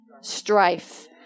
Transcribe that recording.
Strife